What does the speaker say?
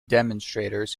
demonstrators